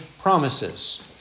promises